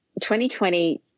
2020